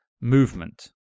movement